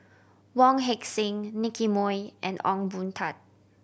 Wong Heck Sing Nicky Moey and Ong Boon Tat